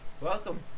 Welcome